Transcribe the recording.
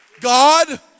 God